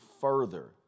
further